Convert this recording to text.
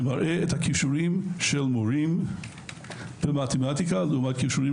זה מראה את הכישורים של מורים במתמטיקה לעומת כישורים